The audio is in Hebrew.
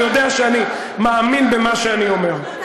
הוא יודע שאני מאמין במה שאני אומר.